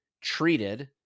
treated